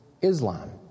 Islam